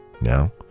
Now